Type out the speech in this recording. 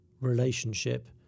relationship